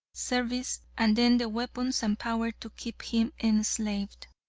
service and then the weapons and power to keep him enslaved.